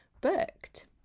booked